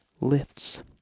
lifts